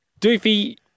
Doofy